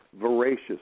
voracious